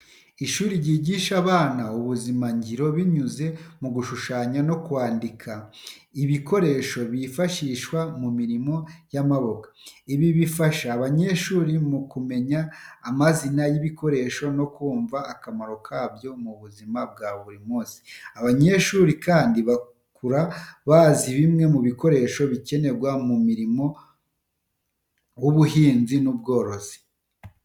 Ishuri ryigisha abana ubuzimangiro binyuze mu gushushanya no kwandika ibikoresho bifashishwa mu mirimo y’amaboko. Ibi bifasha abanyeshuri kumenya amazina y’ibikoresho no kumva akamaro kabyo mu buzima bwa buri munsi. Abanyeshuri kandi bakura bazi bimwe mu bikoresho bikenerwa mu murimo w'ubuhinzi n'ubworozi.